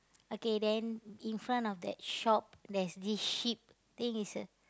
okay then in front of that shop there's this ship think it's a